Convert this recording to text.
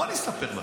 בואי אני אספר לך.